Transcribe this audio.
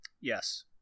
Yes